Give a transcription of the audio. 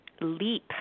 leap